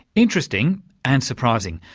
interesting and surprising,